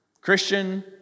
Christian